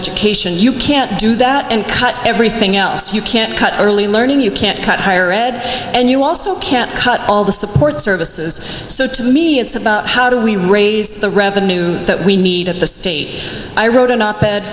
education you can't do that and cut everything else you can't cut early learning you can't cut higher ed and you also can't cut all the support services so to me it's about how do we raise the revenue that we need at the state i wrote an